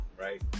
right